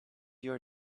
your